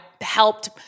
helped